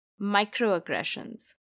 microaggressions